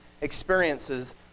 experiences